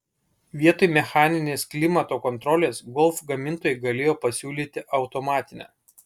vietoj mechaninės klimato kontrolės golf gamintojai galėjo pasiūlyti automatinę